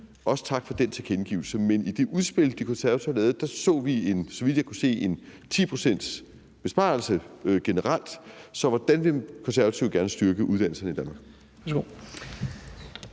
også tak for den tilkendegivelse – men i det udspil, De Konservative har lavet, så vi en, så vidt jeg kunne se, 10-procentsbesparelse generelt. Så mit spørgsmål var: Hvordan vil Konservative gerne styrke uddannelserne i Danmark?